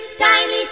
Tiny